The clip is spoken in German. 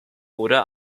oder